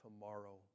tomorrow